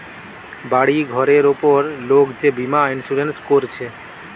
বাড়ি ঘরের উপর লোক যে বীমা ইন্সুরেন্স কোরছে